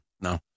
No